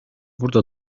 burada